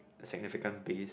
significant piece